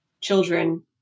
children